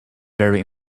very